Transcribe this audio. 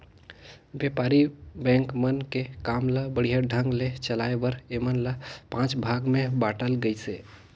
बेपारी बेंक मन के काम ल बड़िहा ढंग ले चलाये बर ऐमन ल पांच भाग मे बांटल गइसे